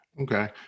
Okay